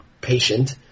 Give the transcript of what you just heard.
patient